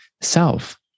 self